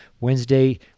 Wednesday